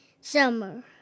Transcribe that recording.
summer